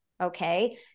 Okay